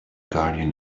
guardian